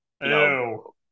No